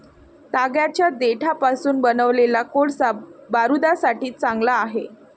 तागाच्या देठापासून बनवलेला कोळसा बारूदासाठी चांगला आहे